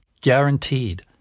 guaranteed